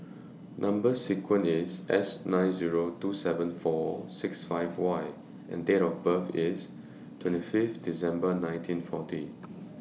Number sequence IS S nine Zero two seven four six five Y and Date of birth IS twenty five December nineteen forty